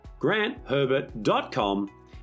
grantherbert.com